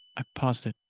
i paused it.